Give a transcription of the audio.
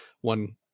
one